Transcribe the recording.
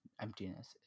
emptiness